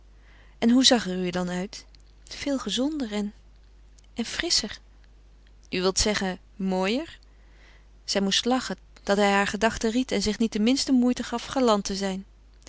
en hoe zag u er dan uit veel gezonder en en frisscher u wil zeggen mooier zij moest lachen dat hij hare gedachten ried en zich niet de minste moeite gaf galant te zijn